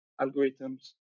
algorithms